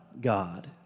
God